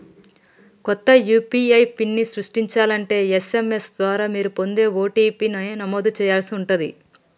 కొత్త యూ.పీ.ఐ పిన్ని సృష్టించాలంటే ఎస్.ఎం.ఎస్ ద్వారా మీరు పొందే ఓ.టీ.పీ ని నమోదు చేయాల్సి ఉంటాది